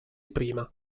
prima